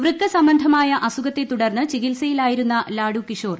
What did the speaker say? വൃക്ക സംബന്ധമായ അസുഖത്തെ തുടർന്നു ചികിത്സയിലായിരുന്നു ലാഡു കിഷോർ